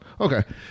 okay